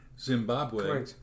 Zimbabwe